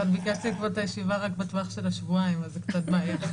אבל ביקשתי לקבוע את הישיבה רק בטווח של השבועיים אז זה קצת בעיה.